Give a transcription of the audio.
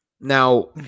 Now